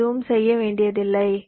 வேறு எதுவும் செய்ய வேண்டியதில்லை